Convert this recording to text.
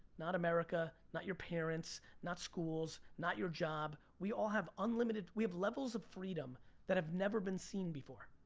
not america, not your parents, not schools, not your job. we all have unlimited, we have levels of freedom that have never been seen before.